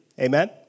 Amen